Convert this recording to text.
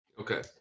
Okay